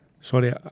sorry